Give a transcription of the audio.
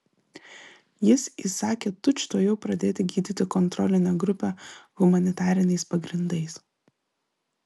jis įsakė tučtuojau pradėti gydyti kontrolinę grupę humanitariniais pagrindais